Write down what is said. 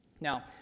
Now